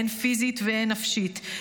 הן פיזית והן נפשית.